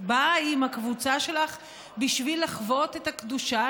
באה עם הקבוצה שלך בשביל לחוות את הקדושה